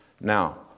Now